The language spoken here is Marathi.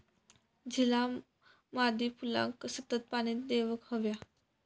झिला मादी फुलाक सतत पाणी देवक हव्या